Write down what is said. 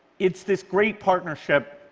it's this great partnership.